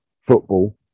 football